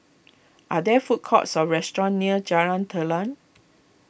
are there food courts or restaurants near Jalan Telang